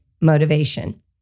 motivation